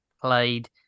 played